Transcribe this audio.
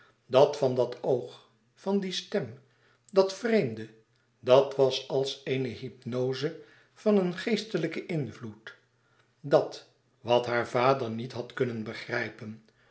dat van dat oog van die stem dat vreemde dat was als eene hypnoze van een geestelijken invloed dat wat heur vader niet had kunnen begrijpen